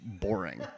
boring